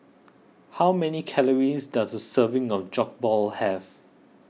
how many calories does a serving of Jokbal have